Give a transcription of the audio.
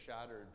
shattered